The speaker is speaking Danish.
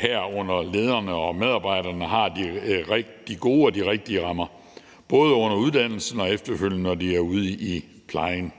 herunder at lederne og medarbejderne har de gode og rigtige rammer, både under uddannelsen og efterfølgende, når de er ude i plejen.